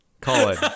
Colin